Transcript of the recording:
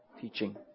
teaching